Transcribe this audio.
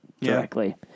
directly